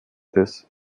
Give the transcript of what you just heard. des